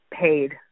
paid